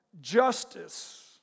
justice